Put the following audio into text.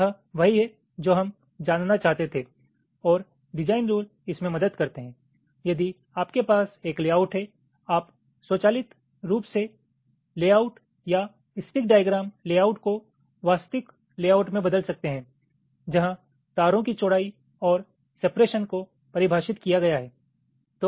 तो यह वही है जो हम जानना चाहते थे और डिजाइन रूल इसमें मदद करते हैं यदि आपके पास एक लेआउट है आप स्वचालित रूप से लेआउट या स्टिक डाईग्राम लेआउट को वास्तविक लेआउट में बदल सकते हैं जहां तारों की चौड़ाई और सेपरेशन को परिभाषित किया गया है